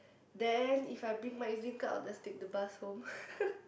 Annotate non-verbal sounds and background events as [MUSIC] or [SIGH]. then if I bring my Ezlink card I'll just take the bus home [LAUGHS]